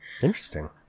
Interesting